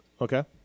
Okay